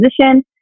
position